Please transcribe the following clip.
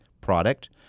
product